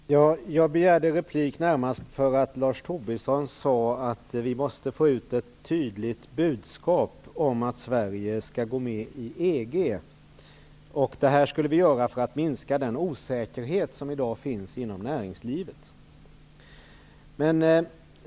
Fru talman! Jag begärde replik närmast därför att Lars Tobisson sade att vi måste få ut ett tydligt budskap om att Sverige skall gå med i EG, detta för att minska den osäkerhet som i dag finns inom näringslivet.